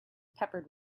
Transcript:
peppered